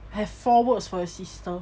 I've four words for you sister